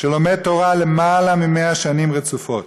שלומד תורה למעלה מ-100 שנים רצופות.